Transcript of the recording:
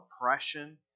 oppression